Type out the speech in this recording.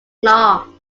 law